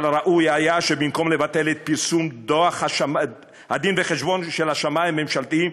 אבל היה ראוי שבמקום לבטל את פרסום הדין-וחשבון של השמאי הממשלתי,